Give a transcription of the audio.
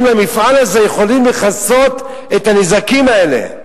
למפעל הזה יכולים לכסות את הנזקים האלה.